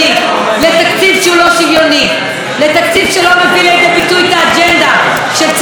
לתקציב שלא מביא לידי ביטוי את האג'נדה של צדק תרבותי וצדק חברתי.